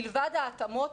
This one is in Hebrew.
מלבד ההתאמות,